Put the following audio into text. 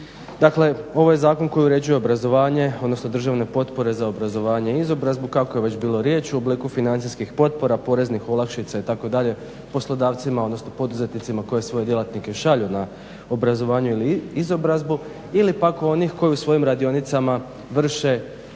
Dakle, ovo je zakon koji uređuje obrazovanje, odnosno državne potpore za obrazovanje i izobrazbu kako je već bilo riječi u obliku financijskih potpora, poreznih olakšica itd. poslodavcima odnosno poduzetnicima koji svoje djelatnike šalje na obrazovanje ili izobrazbu ili pak onih koji u svojim radionicama vrše praktičnu